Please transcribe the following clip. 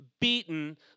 beaten